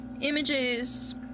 images